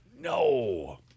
No